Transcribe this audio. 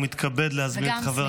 ומתכבד להזמין את חבר הכנסת --- וגם,